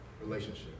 relationship